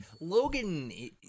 Logan